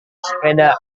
sepeda